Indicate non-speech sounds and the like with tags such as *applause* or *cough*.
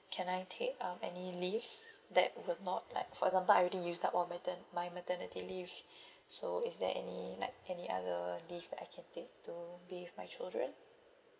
can I take uh any leave that would not like for example I already used up all mater~ my maternity leave *breath* so is there any like any other leave I can take to be with my children